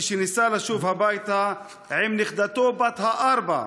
כשניסה לשוב הביתה עם נכדתו בת הארבע,